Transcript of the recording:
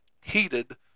heated